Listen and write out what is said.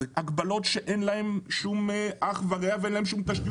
אלה הגבלות שאין להן אח ורע ואין מאחוריהן שום תשתית עובדתית.